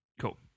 Cool